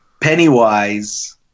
Pennywise